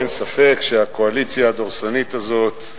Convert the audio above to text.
אין ספק שהקואליציה הדורסנית הזאת,